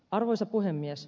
arvoisa puhemies